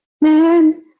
man